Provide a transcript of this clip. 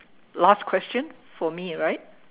last question for me right